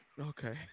Okay